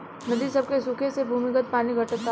नदी सभ के सुखे से भूमिगत पानी घटता